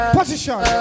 Position